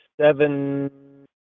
seven